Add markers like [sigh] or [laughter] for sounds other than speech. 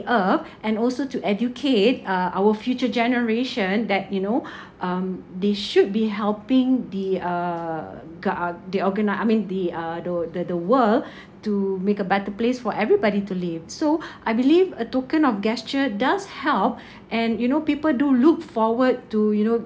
earth and also to educate uh our future generation that you know [breath] um they should be helping the uh gov~ uh the organi~ I mean the uh the the the world [breath] to make a better place for everybody to live so [breath] I believe a token of gesture does help [breath] and you know people do look forward to you know